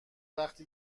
وقتی